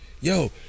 yo